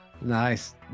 Nice